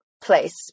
place